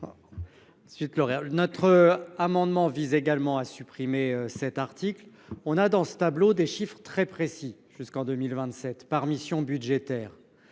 Notre amendement vise également à supprimer cet article. Le tableau donne des chiffres très précis jusqu’en 2027, par mission budgétaire.